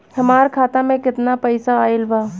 हमार खाता मे केतना पईसा आइल बा?